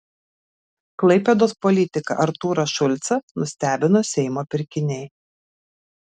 klaipėdos politiką artūrą šulcą nustebino seimo pirkiniai